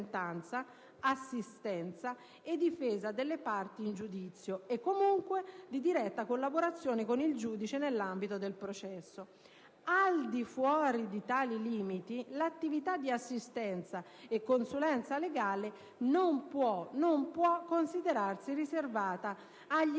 assistenza e difesa delle parti in giudizio, comunque di diretta collaborazione con il giudice nell'ambito del processo. Al di fuori di tali limiti, l'attività di assistenza e consulenza legale non può considerarsi riservata agli